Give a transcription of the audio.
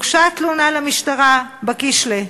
והוגשה תלונה למשטרה בקישלה.